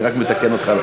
אני רק מתקן אותך.